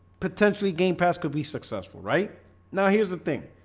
potentially game path could be successful right now. here's the thing